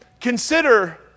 Consider